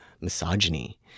misogyny